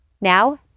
Now